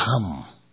come